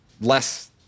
less